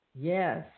Yes